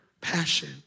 passion